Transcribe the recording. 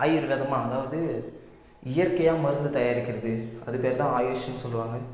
ஆயுர்வேதமா அதாவது இயற்கையாக மருந்து தயாரிக்கிறது அதுப் பேர்தான் ஆயுஷுன்னு சொல்லுவாங்க